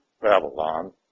Babylon